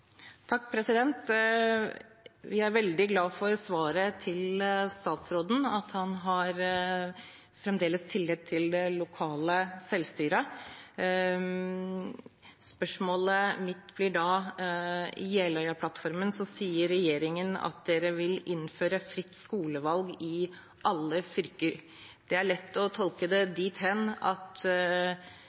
er veldig glad for svaret fra statsråden, at han fremdeles har tillit til det lokale selvstyret. I Jeløya-plattformen sier regjeringen at den vil «innføre fritt skolevalg i alle fylker». Det er lett å tolke det dit hen at